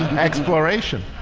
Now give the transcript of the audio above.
exploration